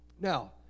Now